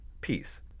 peace